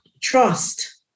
trust